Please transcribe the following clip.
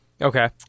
Okay